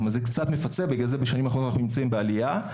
זה קצת מפצה, ולכן בשנים האחרונות נמצאים בעלייה.